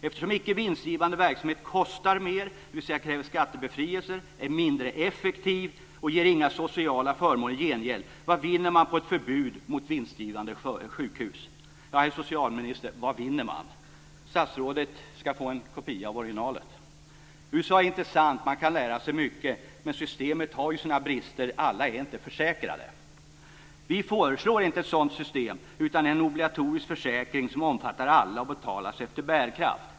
Eftersom icke vinstgivande verksamhet kostar mer, dvs. kräver skattebefrielser, är mindre effektiv och inte ger några sociala förmåner i gengäld, kan man fråga sig vad man vinner på ett förbud mot vinstgivande sjukhus. Ja, herr socialminister! Vad vinner man? Statsrådet ska få en kopia av originalet. USA är intressant. Man kan lära sig mycket, men systemet har ju sina brister. Alla är inte försäkrade. Vi föreslår inte ett sådant system utan en obligatorisk försäkring som omfattar alla och betalas efter bärkraft.